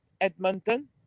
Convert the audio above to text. Edmonton